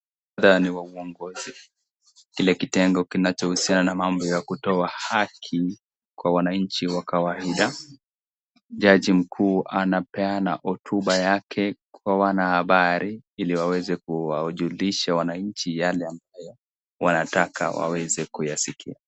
Muktadha ni wa uongozi, kile kitengo kinachohusiana na mambo ya kutoa haki kwa wananchi wa kawaida. Jaji mkuu anapeana hotuba yake kwa wanahabari ili aweze kujulisha wananchi yale ambaye anataka waweze kusikia.